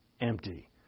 empty